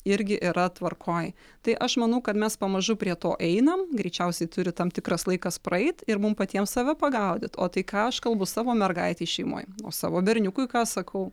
irgi yra tvarkoj tai aš manau kad mes pamažu prie to einam greičiausiai turi tam tikras laikas praeit ir mum patiem save pagaudyt o tai ką aš kalbu savo mergaitei šeimoj o savo berniukui ką sakau